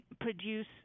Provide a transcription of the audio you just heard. produce